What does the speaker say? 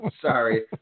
sorry